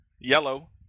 Yellow